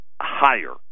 higher